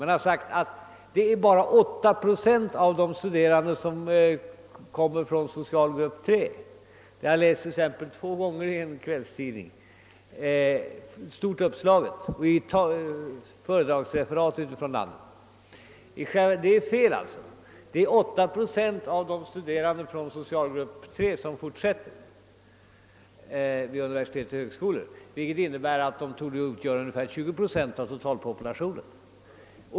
Det har gjorts gällande att bara 8 procent av de studerande skulle komma från socialgrupp III. Jag har t.ex. två gånger sett detta påstående stort uppslaget i en kvällstidning och det har även förekommit i föredragsreferat utifrån landet. Påståendet är emellertid felaktigt. Det är i stället 8 procent av de studerande från socialgrupp III som fortsätter att studera vid universitet och högskolor, vilket innebär att de torde utgöra ungefär 20 procent av totalpopulationen.